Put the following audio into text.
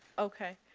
okay.